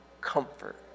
comfort